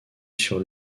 sur